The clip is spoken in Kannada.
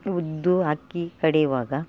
ಉದ್ದು ಅಕ್ಕಿ ಕಡೆಯುವಾಗ